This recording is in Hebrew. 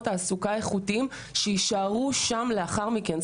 תעסוקה איכותיים שיישארו שם לאחר מכן,